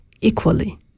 equally